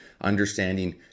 understanding